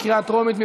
בקריאה טרומית.